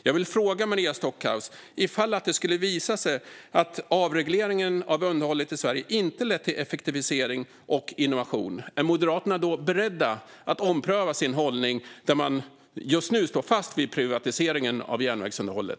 Jag vill fråga Maria Stockhaus: Ifall det skulle visa sig att avregleringen av underhållet i Sverige inte har lett till effektivisering och innovation, är Moderaterna då beredda att ompröva sin hållning som innebär att man just nu står fast vid privatiseringen av järnvägsunderhållet?